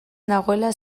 nagoela